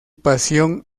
pasión